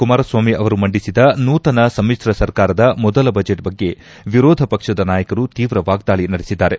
ಕುಮಾರಸ್ವಾಮಿ ಅವರು ಮಂಡಿಸಿದ ನೂತನ ಸಮಿಶ್ರ ಸರ್ಕಾರದ ಮೊದಲ ಬಜೆಟ್ ಬಗ್ಗೆ ವಿರೋಧ ಪಕ್ಷದ ನಾಯಕರು ತೀವ್ರ ವಾಗ್ದಾಳಿ ನಡೆಸಿದ್ದಾರೆ